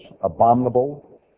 abominable